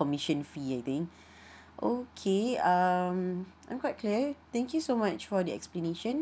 commissioned fee I think okay um I'm quite clear thank you so much for the explanation